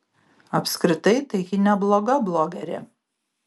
apskritai tai ji nebloga blogerė